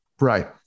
Right